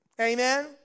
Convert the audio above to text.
amen